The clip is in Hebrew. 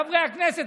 חברי הכנסת,